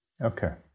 Okay